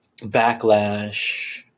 backlash